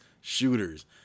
shooters